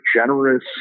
generous